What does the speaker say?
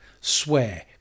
swear